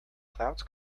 clouds